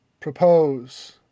propose